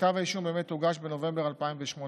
כתב האישום באמת הוגש בנובמבר 2018,